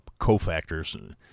cofactors